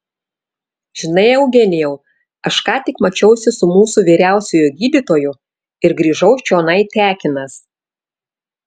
zinai eugenijau aš ką tik mačiausi su mūsų vyriausiuoju gydytoju ir grįžau čionai tekinas